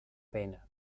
pena